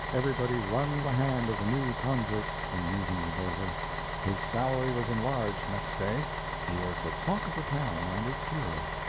everybody wrung the hand of the new convert when the meeting was over his salary was enlarged next day he was the talk of the town, and its hero.